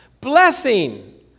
blessing